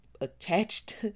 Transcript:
attached